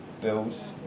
Bills